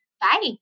Bye